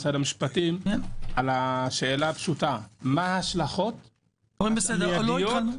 משרד המשפטים על השאלה הפשוטה מה ההשלכות המיידיות,